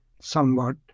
somewhat